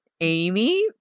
Amy